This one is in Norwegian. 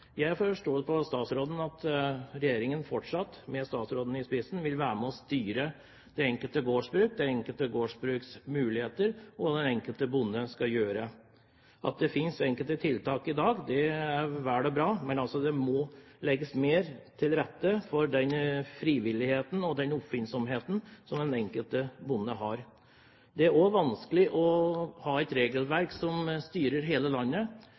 Jeg forstår på statsråden at regjeringen fortsatt, med statsråden i spissen, vil være med og styre det enkelte gårdsbruk, det enkelte gårdsbruks muligheter, og hva den enkelte bonde skal gjøre. At det finnes enkelte tiltak i dag, er vel og bra, men det må legges mer til rette for frivilligheten og oppfinnsomheten til den enkelte bonde. Det er også vanskelig å ha et regelverk for hele landet.